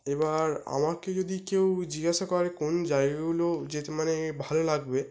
এবার আমাকে যদি কেউ জিজ্ঞাসা করে কোন জায়গাগুলো যেতে মানে ভালো লাগবে